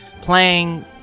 playing